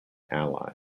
ally